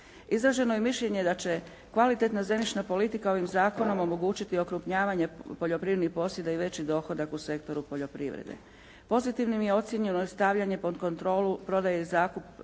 Izraženo je mišljenje da će kvalitetna zemljišna politika ovim zakonom omogućiti okrupnjavanje poljoprivrednih posjeda i veći dohodak u sektoru poljoprivrede. Pozitivnim je ocijenjeno stavljanje pod kontrolu prodaju i zakup